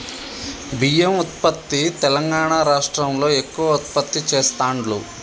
బియ్యం ఉత్పత్తి తెలంగాణా రాష్ట్రం లో ఎక్కువ ఉత్పత్తి చెస్తాండ్లు